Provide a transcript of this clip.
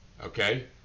Okay